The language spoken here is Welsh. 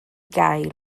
gael